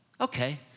okay